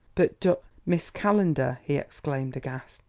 but, dor miss calendar! he exclaimed, aghast.